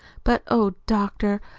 but, oh, doctor,